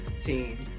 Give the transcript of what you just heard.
team